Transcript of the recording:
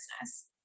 business